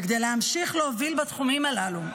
כדי להמשיך להוביל בתחומים הללו,